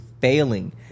failing